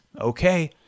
Okay